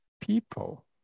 people